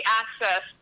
access